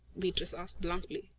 beatrice asked bluntly.